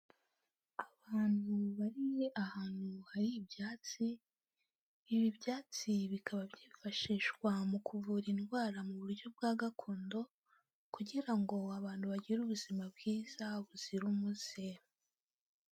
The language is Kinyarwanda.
Abantu bari ahantu hari ibyatsi, ibi byatsi bikaba byifashishwa mu kuvura indwara mu buryo bwa gakondo, kugira ngo abantu bagire ubuzima bwiza, buzira umuze.